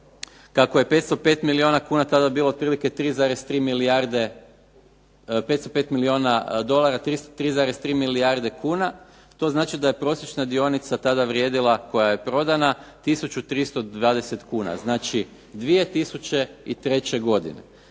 505 milijuna dolara, 303,3 milijarde kuna, to znači da je prosječna dionica tada vrijedila koja je prodana 1320 kuna, znači 2003. godine.